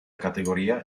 categoria